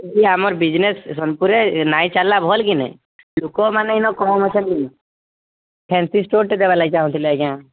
କି ଆମର ବିଜନେସ୍ ସୋନପୁରରେ ନାଇଁ ଚାଲିଲା ଭଲ କି ନାଇଁ ଲୁକମାନେ ଏନ କମ ଅଛନ୍ କି ନାଇଁ ଫ୍ୟାନ୍ସି ଷ୍ଟୋର୍ଟେ ଦେବା ଲାଗି ଚାହୁଁଥିଲି ଆଜ୍ଞା